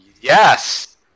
Yes